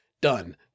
done